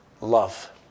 love